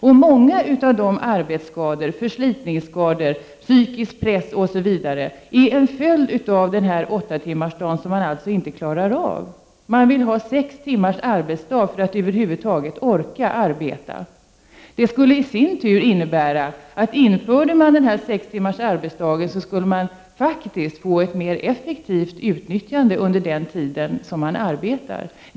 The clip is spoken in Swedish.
En stor del av alla arbetsskador, förslitningsskador, av upplevd psykisk press osv. är en följd av denna åtta timmars arbetsdag som man alltså inte klarar av. Man vill ha sex timmars arbetsdag för att över huvud taget orka arbeta. Ett införande av sex timmars arbetsdag skulle i sin tur innebära att man faktiskt skulle få ett mer effektivt utnyttjande av arbetskraften under den tid människor arbetar.